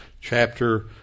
chapter